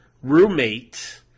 roommate